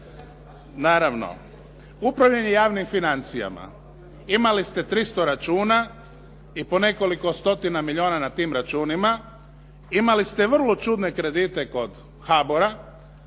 Naravno. Upravljanje javnim financijama. Imali ste 300 računa i po nekoliko stotina milijuna na tim računima, imali ste vrlo čudne kredite kod HBOR-a,